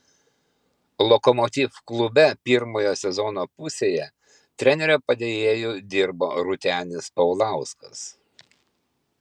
lokomotiv klube pirmoje sezono pusėje trenerio padėjėju dirbo rūtenis paulauskas